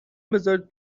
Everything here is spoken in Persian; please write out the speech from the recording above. بزارید